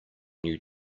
new